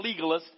legalists